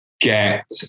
get